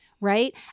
Right